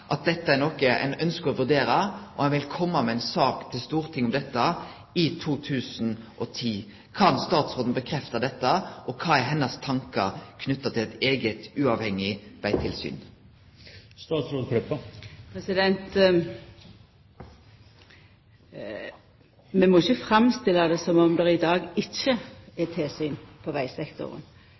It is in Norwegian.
at dette er noko ein ønskjer å vurdere, og at ein vil kome med ei sak til Stortinget om dette i 2010. Kan statsråden bekrefte dette? Kva er hennar tankar om eit eige, uavhengig vegtilsyn? Vi må ikkje framstilla det som om det i dag ikkje er tilsyn på vegsektoren.